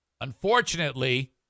unfortunately